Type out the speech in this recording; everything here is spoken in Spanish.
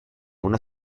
una